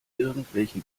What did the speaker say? irgendwelche